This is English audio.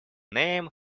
name